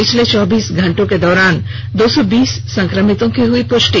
पिछले चौबीस घंटों के दौरान दो सौ बीस संकमितों की हुई पुष्टि